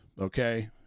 okay